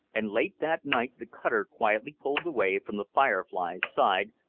and late that night the cutter quietly pulled away from the firefly's side,